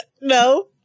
No